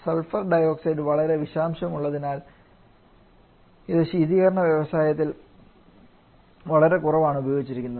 എന്നാൽ sulphur dioxide വളരെ വിഷാംശം ഉള്ളതിനാൽ ഇത് ശീതീകരണ വ്യവസായത്തിൽ വളരെ കുറവാണ് ഉപയോഗിച്ചിരിക്കുന്നത്